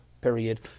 period